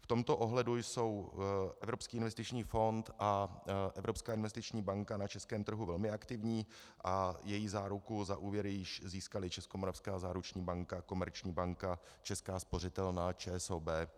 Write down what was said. V tomto ohledu jsou Evropský investiční fond a Evropská investiční banka na českém trhu velmi aktivní a její záruku za úvěry již získaly Českomoravská záruční banka, Komerční banka, Česká spořitelna, ČSOB i Equa bank.